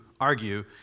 argue